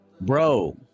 Bro